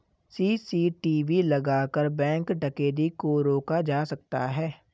CCTV लगाकर bank डकैती को रोका जा सकता है